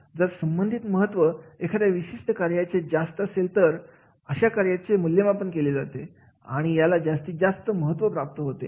जर संबंधित महत्त्व एखाद्या विशिष्ट कार्याचे जास्त असेल तर अशा कार्याचे मूल्यमापन केले जाते आणि याला जास्तीत जास्त महत्त्व प्राप्त होते